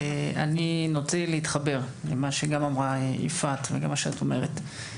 אני נוטה להתחבר למה שאמרה יפעת ולמה שאת אומרת.